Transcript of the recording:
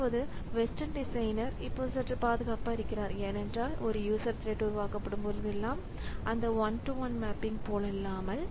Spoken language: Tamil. இப்போது வெஸ்டன் டிசைனர் இப்போது சற்று பாதுகாப்பாக இருக்கிறார் ஏனென்றால் ஒரு யூசர் த்ரெட் உருவாக்கப்படும் போதெல்லாம் அந்த one to one one -to -one mapping போலல்லாமல்